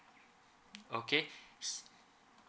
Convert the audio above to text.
okay